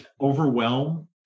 overwhelm